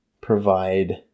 provide